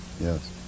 Yes